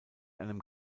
einem